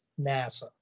NASA